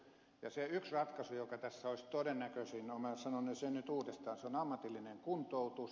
se yksi ratkaisu joka tässä olisi todennäköisin sanon sen nyt uudestaan on ammatillinen kuntoutus